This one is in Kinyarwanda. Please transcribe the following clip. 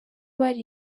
bari